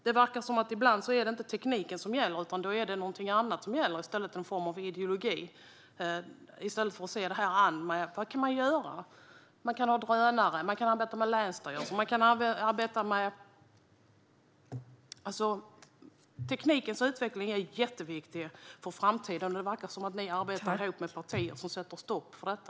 Det verkar som att det ibland inte är tekniken som gäller utan något annat, en form av ideologi, i stället för att se vad man kan göra - man kan ha drönare och arbeta med länsstyrelser. Teknikens utveckling är jätteviktig för framtiden, men det verkar som att ni arbetar med partier som sätter stopp för detta.